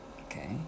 Okay